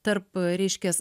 tarp reiškias